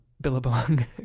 Billabong